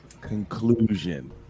conclusion